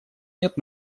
нет